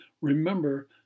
remember